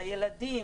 לילדים,